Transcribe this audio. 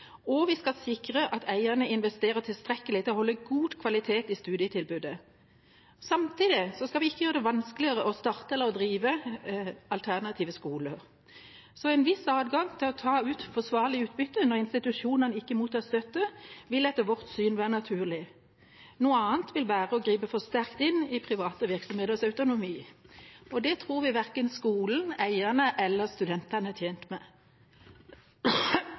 og vi skal sikre at eierne investerer tilstrekkelig til å holde god kvalitet i studietilbudet. Samtidig skal vi ikke gjøre det vanskeligere å starte eller å drive alternative skoler. En viss adgang til å ta ut forsvarlig utbytte når institusjonen ikke mottar støtte, vil etter vårt syn være naturlig. Noe annet vil være å gripe for sterkt inn i private virksomheters autonomi. Det tror vi verken skolen, eierne eller studentene er tjent med.